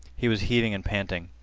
he was heaving and panting.